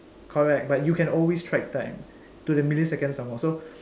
correct but you can always track time to the millisecond some more so